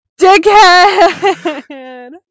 dickhead